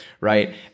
Right